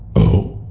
oh.